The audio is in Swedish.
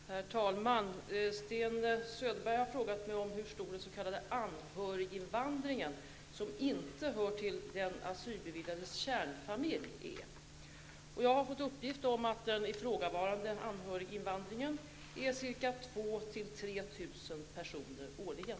Herr talman! Sten Söderberg har frågat mig hur stor den s.k. anhöriginvandringen som inte hör till den asylbeviljades kärnfamilj är. Jag har fått uppgift om att den ifrågavarande anhöriginvandringen är 2 000--3 000 personer årligen.